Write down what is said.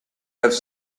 have